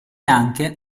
anche